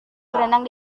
berenang